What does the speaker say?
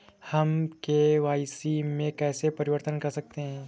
हम के.वाई.सी में कैसे परिवर्तन कर सकते हैं?